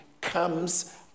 comes